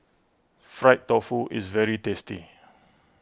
Fried Tofu is very tasty